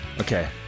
okay